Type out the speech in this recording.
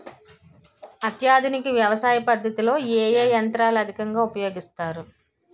ఆధునిక వ్యవసయ పద్ధతిలో ఏ ఏ యంత్రాలు అధికంగా ఉపయోగిస్తారు?